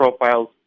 profiles